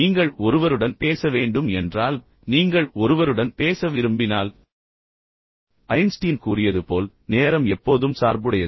நீங்கள் ஒருவருடன் பேச வேண்டும் என்றால் நீங்கள் ஒருவருடன் பேச விரும்பினால் ஐன்ஸ்டீன் கூறியது போல் நேரம் எப்போதும் சார்புடையது